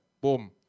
boom